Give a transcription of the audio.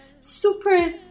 super